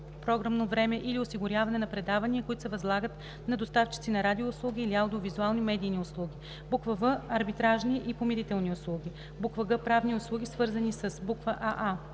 програмно време или осигуряване на предавания, които се възлагат на доставчици на радиоуслуги или аудио-визуални медийни услуги; в) арбитражни и помирителни услуги; г) правни услуги, свързани със: аа)